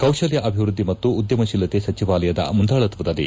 ಕೌಶಲ್ಲ ಅಭಿವ್ಯದ್ದಿ ಮತ್ತು ಉದ್ಲಮಶೀಲತೆ ಸಚಿವಾಲಯದ ಮುಂದಾಳತ್ತದಲ್ಲಿ